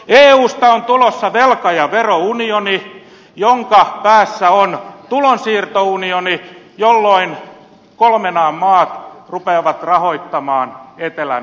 eusta on tulossa velka ja verounioni jonka päässä on tulonsiirtounioni jolloin kolmen an maat rupeavat rahoittamaan etelän helmaa